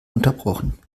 unterbrochen